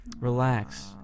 relax